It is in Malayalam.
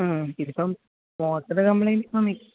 ഇതിപ്പം മോട്ടറ് കംപ്ലയിൻറ്റ് ഇപ്പം മിക്സ്